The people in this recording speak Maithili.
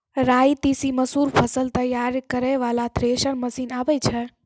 राई तीसी मसूर फसल तैयारी करै वाला थेसर मसीन आबै छै?